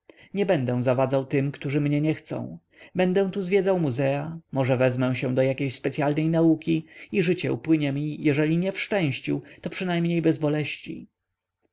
nie będę zawadzał tym którzy mnie nie chcą będę tu zwiedzał muzea może wezmę się do jakiej specyalnej nauki i życie upłynie mi jeżeli nie w szczęściu to przynajmniej